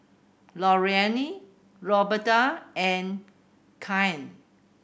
Lorraine Roberta and Kyan